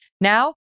Now